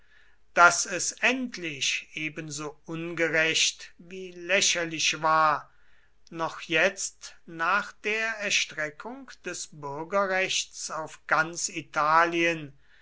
daß es endlich ebenso ungerecht wie lächerlich war noch jetzt nach der erstreckung des bürgerrechts auf ganz italien